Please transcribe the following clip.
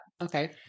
okay